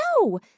No